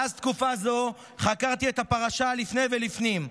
מאז תקופה זו חקרתי את הפרשה לפני ולפנים,